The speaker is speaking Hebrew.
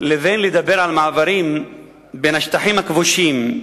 לבין לדבר על מעברים בין השטחים הכבושים,